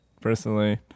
personally